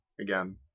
again